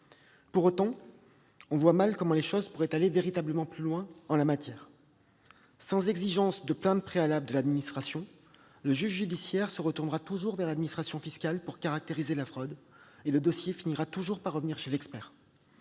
Pour autant, on voit mal comment les choses pourraient aller véritablement plus loin en la matière. Sans exigence de plainte préalable de l'administration, le juge judiciaire se retournera toujours vers l'administration fiscale pour caractériser la fraude et le dossier finira toujours par revenir chez l'expert